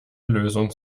lösung